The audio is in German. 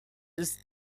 ist